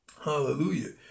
Hallelujah